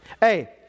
Hey